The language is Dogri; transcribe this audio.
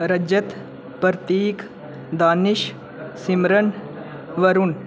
रजत प्रतीक दानिश सिमरन वरुण